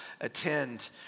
attend